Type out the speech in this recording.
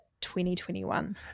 2021